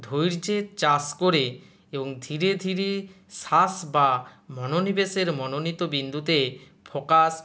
ধৈর্যের চাষ করে এবং ধীরে ধীরে শ্বাস বা মনোনিবেশের মনোনীত বিন্দুতে ফোকাস